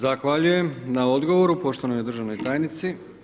Zahvaljujem na odgovoru poštovanoj državnoj tajnici.